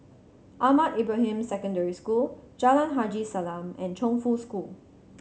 Ahmad Ibrahim Secondary School Jalan Haji Salam and Chongfu School